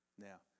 Now